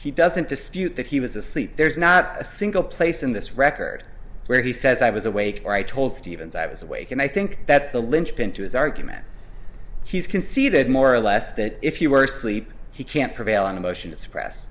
awake he doesn't dispute that he was asleep there's not a single place in this record where he says i was awake or i told stevens i was awake and i think that's the linchpin to his argument he's conceded more or less that if you were asleep he can't prevail on a motion to suppress